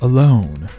Alone